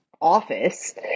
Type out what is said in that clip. office